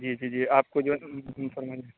جی جی جی آپ کو جو ہے فرمائیے